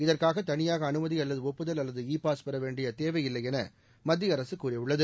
இதற்காக தனியாக அனுமதி அல்லது ஒப்புதல் அல்லது இ பாஸ் பெற வேண்டிய தேவையில்லை என மத்திய அரசு கூறியுள்ளது